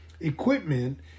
equipment